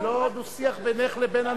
זה לא דו-שיח בינך לבין הנואמים.